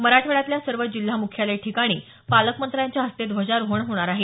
मराठवाड्यातल्या सर्व जिल्हा मुख्यालय ठिकाणी पालकमंत्र्यांच्या हस्ते ध्वजारोहण होणार आहे